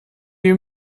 you